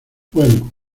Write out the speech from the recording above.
bueno